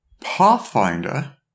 Pathfinder